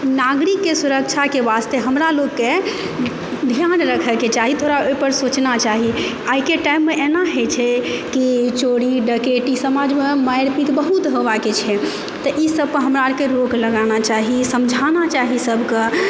नागरिकके सुरक्षाके वास्ते हमरा लोककेँ ध्यान राखयके चाही थोड़ा ओहिपर सोचना छै आइके टाइम मे एना होइ छै कि चोरी डकैती समाजमे मारि पीट बहुत होबाक छै तऽ ई सब पर हमरा आरके रोक लगाना चाही समझाना चाही सभके